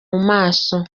maso